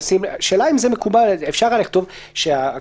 שאלה אם זה מקובל אפשר היה לכתוב שההגבלות